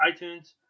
iTunes